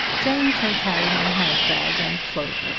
jane can carry my hand-bag and cloak.